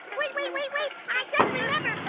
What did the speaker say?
wait, wait, wait, wait. i just remembered,